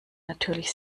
natürlich